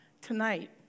tonight